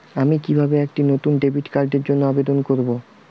আমি কিভাবে একটি নতুন ডেবিট কার্ডের জন্য আবেদন করব?